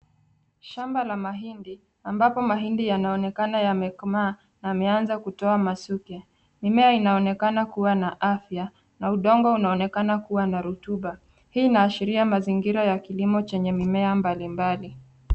Shamba la mahindi, ambapo mahindi yanaonekana yamekomaa, yameanza kutoa masuke. Mimea inaonekana kuwa na afya, na udongo unaonekana kuwa na rutuba. Hii inaashiria mazingira ya kilimo chenye mimea mbalimbali.